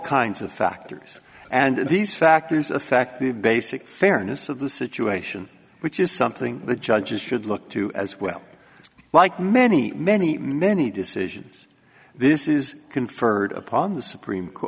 kinds of factors and these factors affect the basic fairness of the situation which is something the judges should look to as well like many many many decisions this is conferred upon the supreme